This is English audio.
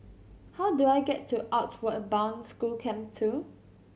how do I get to Outward Bound School Camp Two